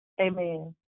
Amen